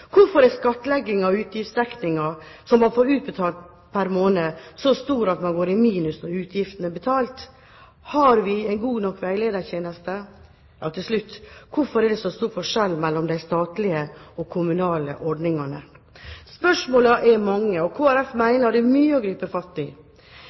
Hvorfor er skattlegging av utgiftsdekningen som man får utbetalt pr. måned, så stor at man går i minus når utgiftene er betalt? Har vi en god nok veiledertjeneste? Og til slutt: Hvorfor er det så stor forskjell mellom de statlige og de kommunale ordningene? Spørsmålene er mange, og